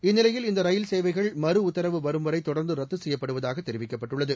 இந்நிலையில் இந்த ரயில்சேவைகள் மறுஉத்தரவு வரும்வரை தொடர்ந்து ரத்து செய்யப்படுவதாக தெரிவிக்கப்பட்டுள்ளது